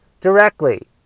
Directly